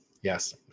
yes